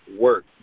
work